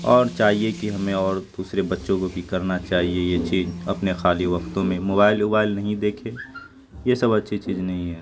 اور چاہیے کہ ہمیں اور دوسرے بچوں کو بھی کرنا چاہیے یہ چیز اپنے خالی وقتوں میں موبائل ووبائل نہیں دیکھے یہ سب اچھی چیز نہیں ہے